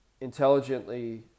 intelligently